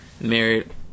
married